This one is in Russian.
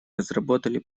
разработали